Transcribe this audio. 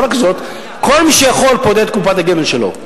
לא רק זה, כל מי שיכול פודה את קופת הגמל שלו.